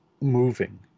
moving